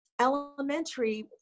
elementary